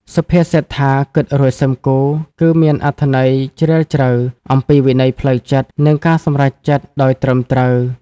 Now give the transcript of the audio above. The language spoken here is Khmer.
សុភាសិតថា "គិតរួច សឹមគូ" គឺមានអត្ថន័យជ្រាលជ្រៅ អំពីវិន័យផ្លូវចិត្ត និងការសម្រេចចិត្តដោយត្រឹមត្រូវ។